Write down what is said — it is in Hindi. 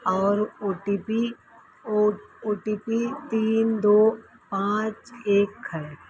और O T P O O T P तीन दो पाँच एक है